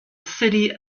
city